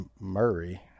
Murray